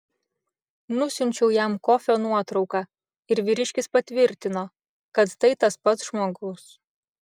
nusiunčiau jam kofio nuotrauką ir vyriškis patvirtino kad tai tas pats žmogus